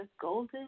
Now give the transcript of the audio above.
Golden